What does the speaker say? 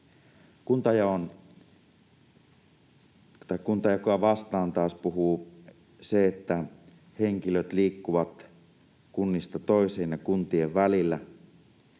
Kuntajakoa vastaan taas puhuu se, että henkilöt liikkuvat kunnista toiseen ja kuntien välillä